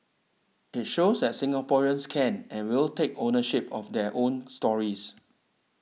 it shows that Singaporeans can and will take ownership of their own stories